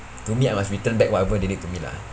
to me I must returned back whatever they did to me lah